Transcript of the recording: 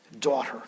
Daughter